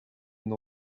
une